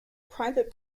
private